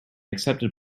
accepted